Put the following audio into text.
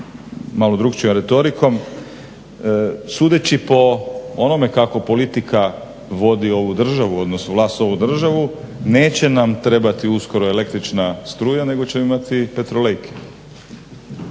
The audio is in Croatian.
malo drukčijom retorikom sudeći po onome kako politika vodi ovu državu odnosno vlast ovu državu neće nam trebati uskoro električna struja, nego ćemo imati petrolejke.